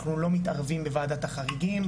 אנחנו לא מתערבים בוועדת החריגים,